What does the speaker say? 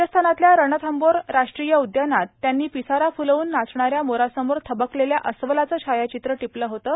राजस्थानातल्या रणथंबोर राष्ट्रीय उद्यानात त्यांनी पिसारा फुलवून नाचणाऱ्या मोरासमोर थबकलेल्या अस्वलाचं छायाचित्र टिपलं होतं